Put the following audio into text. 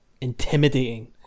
intimidating